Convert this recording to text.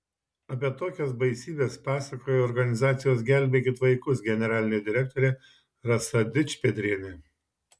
apie tokias baisybes pasakoja organizacijos gelbėkit vaikus generalinė direktorė rasa dičpetrienė